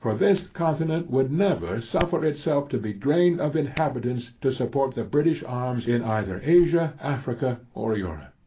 for this continent would never suffer itself to be drained of inhabitants, to support the british arms in either asia, africa, or europe.